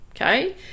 Okay